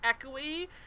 echoey